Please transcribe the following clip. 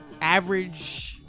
average